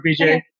BJ